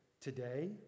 today